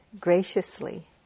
graciously